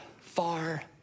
far